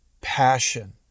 passion